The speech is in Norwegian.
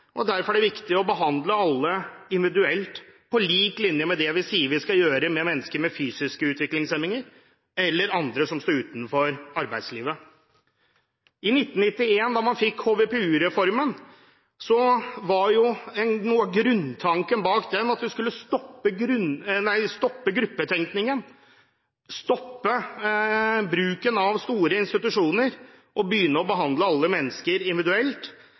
og derfor er det viktig å behandle alle individuelt, på lik linje med det vi sier vi skal gjøre med mennesker med fysiske utviklingshemninger eller andre som står utenfor arbeidslivet. I 1991, da man fikk HVPU-reformen, var noe av grunntanken bak den at man skulle stoppe gruppetenkningen, stoppe bruken av store institusjoner og begynne å behandle alle mennesker individuelt